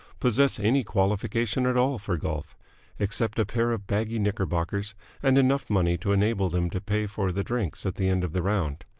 possess any qualification at all for golf except a pair of baggy knickerbockers and enough money to enable them to pay for the drinks at the end of the round.